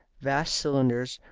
vast cylinders,